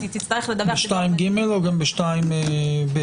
ב-2ג, או גם ב-2ב?